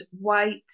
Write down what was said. white